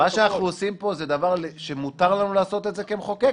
מה שאנחנו עושים פה זה דבר שמותר לנו לעשות כמחוקק,